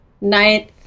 ninth